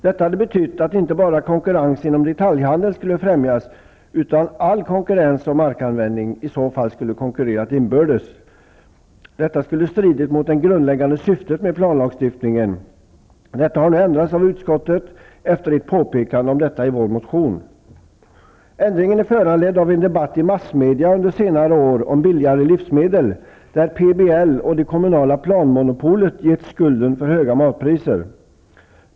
Detta skulle ha betytt att inte bara konkurrensen inom detaljhandeln skulle ha främjats utan att all markanvändning skulle ha konkurrerat inbördes, något som skulle ha stridit mot det grundläggande syftet med planlagstiftningen. Detta har nu ändrats av utskottet efter ett påpekande i vår motion. Ändringen är föranledd av en debatt i massmedia under senare år om billigare livsmedel, där PBL och det kommunala planmonopolet getts skulden för höga matpriser.